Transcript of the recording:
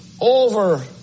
over